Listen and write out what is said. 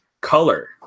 color